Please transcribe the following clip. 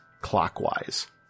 clockwise